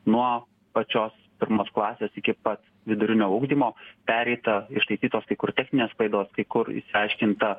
nuo pačios pirmos klasės iki pat vidurinio ugdymo pereita ištaisytos kai kur techninės klaidos kai kur išsiaiškinta